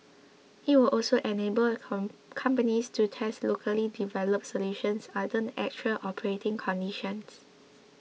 it will also enable companies to test locally developed solutions under actual operating conditions